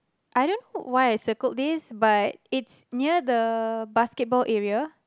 I don't know why I circled this but it's near the basketball area